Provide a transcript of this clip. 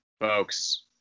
folks